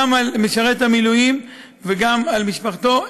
גם על משרת המילואים וגם על משפחתו.